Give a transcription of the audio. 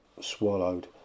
swallowed